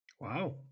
Wow